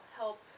help